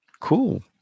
Cool